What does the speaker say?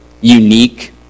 unique